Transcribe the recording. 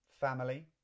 family